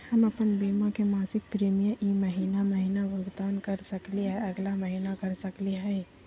हम अप्पन बीमा के मासिक प्रीमियम ई महीना महिना भुगतान कर सकली हे, अगला महीना कर सकली हई?